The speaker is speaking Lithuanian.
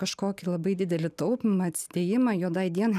kažkokį labai didelį taupymą atsidėjimą juodai dienai